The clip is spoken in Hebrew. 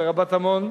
ברבת-עמון.